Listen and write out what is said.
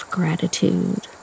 gratitude